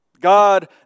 God